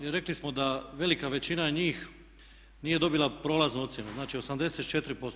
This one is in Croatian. Rekli smo da velika većina njih nije dobila prolaznu ocjenu, znači 84%